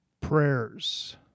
prayers